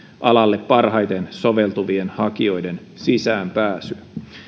alalle parhaiten soveltuvien hakijoiden sisäänpääsyä